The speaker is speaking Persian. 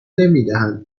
نمیدهند